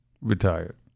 retired